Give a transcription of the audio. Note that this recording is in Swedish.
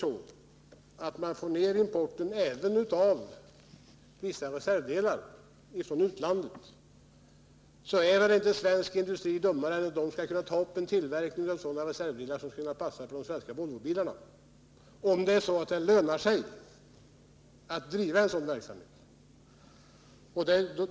Men kan man få ner importen även av vissa reservdelar från utlandet, så är väl inte svensk industri dummare än att man kan ta upp en tillverkning av sådana reservdelar som skulle kunna passa för de svenska Volvobilarna, om det lönar sig att driva en sådan verksamhet.